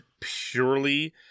purely